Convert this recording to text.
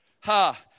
Ha